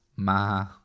Ma